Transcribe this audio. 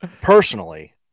personally